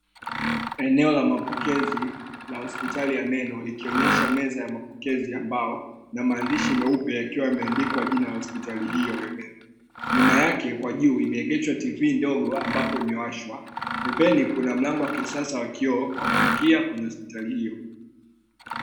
Eneo la mapokezi la hospitali ya meno, likionyesha meza ya mapokezi ambayo inamaandishi meupe yakiwa yameandikwa jina la hospitali hiyo ya meno. Nyuma yake kwa juu imeegeshwa TV ndogo ambapo imewashwa, pembeni kuna mlango wa kisasa wa kioo wa kuingia kwenye hospitali hiyo.